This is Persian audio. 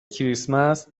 کریسمس